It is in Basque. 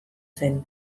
zen